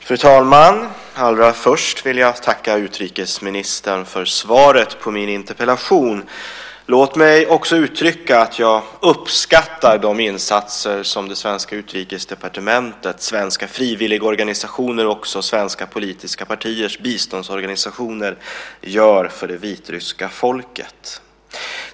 Fru talman! Allra först vill jag tacka utrikesministern för svaret på min interpellation. Låt mig också uttrycka att jag uppskattar de insatser som det svenska Utrikesdepartementet, svenska frivilligorganisationer och även svenska politiska partiers biståndsorganisationer gör för det vitryska folket.